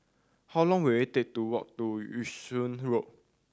how long will it take to walk to Yung Sheng Road